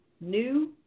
New